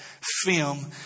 film